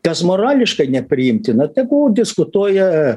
kas morališkai nepriimtina tegul diskutuoja